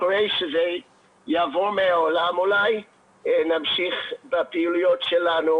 אחרי שהיא תעבור מן העולם ונוכל להמשיך בפעילויות שלנו